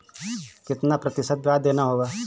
कितना प्रतिशत ब्याज देना होगा?